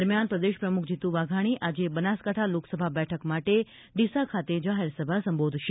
દરમિયાન પ્રદેશ પ્રમૂખ જીતુ વાધાણી આજે બનાસકાંઠા લોકસભા બેઠક માટે ડિસા ખાતે જાહેરસભા સંબોધશે